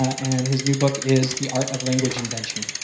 and his new book is the art of language invention.